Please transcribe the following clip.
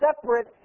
separate